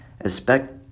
Expect